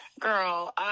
Girl